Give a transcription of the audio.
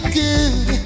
good